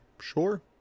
Sure